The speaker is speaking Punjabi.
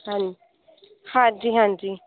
ਹਾਂਜੀ ਹਾਂਜੀ ਹਾਂਜੀ